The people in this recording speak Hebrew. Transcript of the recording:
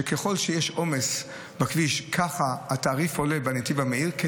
שככל שיש עומס בכביש ככה התעריף בנתיב המהיר עולה,